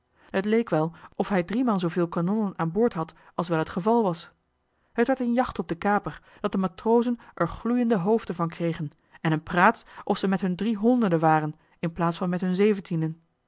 t leek wel of hij driemaal zooveel kanonnen aan boord had als wel t geval was t werd een jacht op den kaper dat de matrozen er gloeiende hoofden van kregen en een praats of ze met hun driehonderden waren in plaats van met hun zeventienen